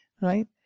right